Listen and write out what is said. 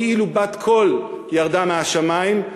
כאילו בת-קול ירדה מהשמים: